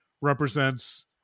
represents